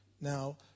Now